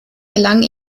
gelang